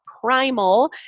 Primal